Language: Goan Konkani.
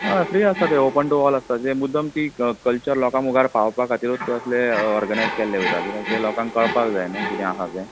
हय फ्री आसता तें ओपन टू ऑल आसता जें मुद्दम ती कल्चर लोकां मुखार पावपा खातीरूत असलें ऑर्गनायझ केल्लें वयता कित्याक तें लोकांक कळपाक जाय नू कितें आहा तें